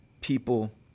people